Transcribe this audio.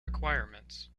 requirements